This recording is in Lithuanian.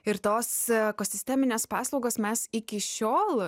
ir tos ekosisteminės paslaugos mes iki šiol